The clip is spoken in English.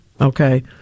okay